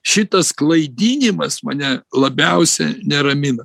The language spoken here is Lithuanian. šitas klaidinimas mane labiausia neramina